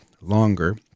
longer